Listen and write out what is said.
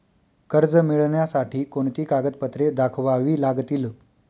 कर्ज मिळण्यासाठी कोणती कागदपत्रे दाखवावी लागतील?